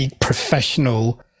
professional